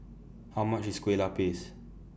How much IS Kueh Lupis